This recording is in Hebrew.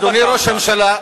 אדוני ראש הממשלה,